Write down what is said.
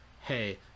hey